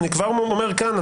אני כבר אומר כאן,